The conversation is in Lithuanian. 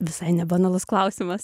visai nebanalus klausimas